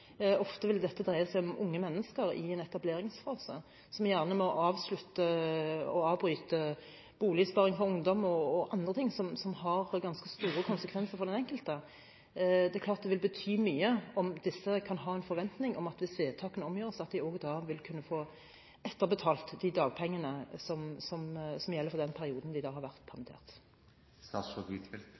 ofte vil dette dreie seg om unge mennesker i en etableringsfase, som gjerne må avslutte og avbryte boligsparing for ungdom og andre ting som har ganske store konsekvenser for den enkelte – vil det bety mye om disse kan ha en forventning om at de hvis vedtakene omgjøres, vil kunne få etterbetalt de dagpengene som gjelder for den perioden de har vært